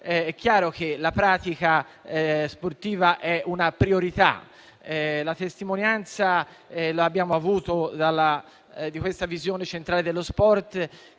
è chiaro che la pratica sportiva è una priorità. La testimonianza di questa visione centrale dello sport